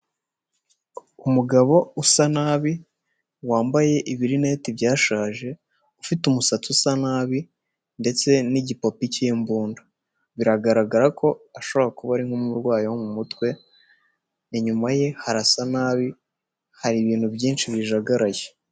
Umugabo usa nabi wambaye ibirineti byashaje, ufite umusatsi usa nabi ndetse n'igipopi cy'imbunda, biragaragara ko ashobora kuba ari nk'umurwayi wo mu mutwe, inyuma ye harasa nabi, hari ibintu byinshi bijagaraye.